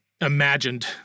imagined